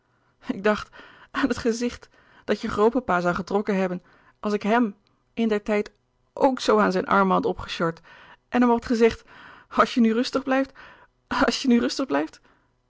ik dacht aan het gezicht dat je grootpapa zoû getrokken hebben als ik hem in der tijd ook zoo aan zijn armen had opgesjord en hem had gezegd als je nu rustig blijft als je nu rustig blijft